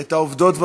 את העובדות.